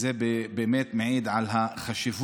זה באמת מעיד על החשיבות